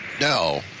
No